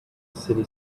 city